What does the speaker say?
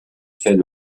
fait